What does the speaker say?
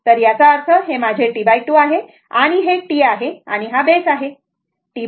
तर याचा अर्थ हे माझे T2 आहे आणि हे T आहे आणि हा बेस आहे T2